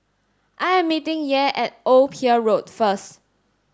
I am meeting Yair at Old Pier Road first